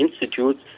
Institute